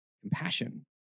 compassion